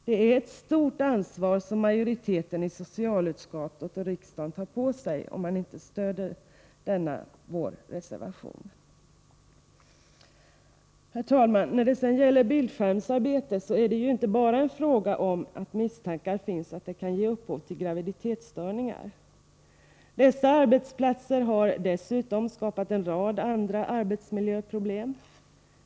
Det är ett stort ansvar majoriteten i socialutskottet och riksdagen tar på sig om man inte stöder vår reservation. Herr talman! När det gäller bildskärmsarbete handlar det inte bara om misstankar om att sådant kan ge upphov till graviditetsstörningar. Dessa arbetsplatser har dessutom skapat en rad andra arbetsmiljöproblem.